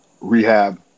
rehab